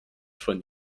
von